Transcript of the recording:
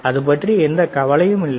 அது பற்றி எந்த கவலையும் இல்லை